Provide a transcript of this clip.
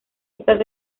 estas